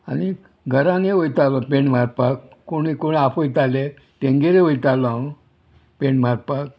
आनी घरानूय वयतालो पेंट मारपाक कोणूय कोण आपयताले तेंगेरय वयतालो हांव पेंट मारपाक